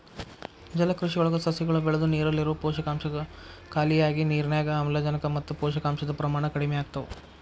ಜಲಕೃಷಿಯೊಳಗ ಸಸಿಗಳು ಬೆಳದು ನೇರಲ್ಲಿರೋ ಪೋಷಕಾಂಶ ಖಾಲಿಯಾಗಿ ನಿರ್ನ್ಯಾಗ್ ಆಮ್ಲಜನಕ ಮತ್ತ ಪೋಷಕಾಂಶದ ಪ್ರಮಾಣ ಕಡಿಮಿಯಾಗ್ತವ